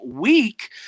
week